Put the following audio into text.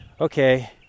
okay